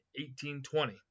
1820